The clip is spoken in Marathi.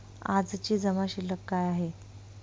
आजची जमा शिल्लक काय आहे?